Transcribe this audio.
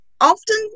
often